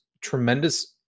tremendous